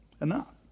enough